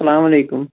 اَلسلامُ عَلیٛکُم